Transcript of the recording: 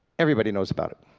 everybody knows about it.